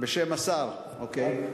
בשם השר, אוקיי.